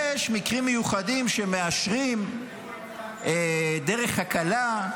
יש מקרים מיוחדים שבהם מאשרים דרך הקלה,